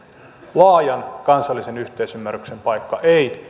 laajan kansallisen yhteisymmärryksen paikka ei